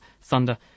thunder